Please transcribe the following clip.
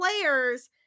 players